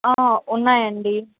ఉన్నాయండీ